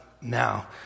now